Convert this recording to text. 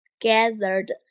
Gathered